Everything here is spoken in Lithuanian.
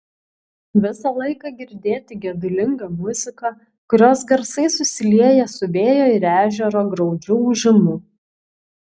visą laiką girdėti gedulinga muzika kurios garsai susilieja su vėjo ir ežero graudžiu ūžimu